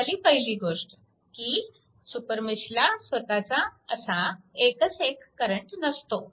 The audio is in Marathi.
ही झाली पहिली गोष्ट की सुपरमेशला स्वतःचा असा एकच एक करंट नसतो